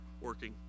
working